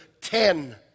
ten